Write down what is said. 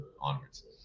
onwards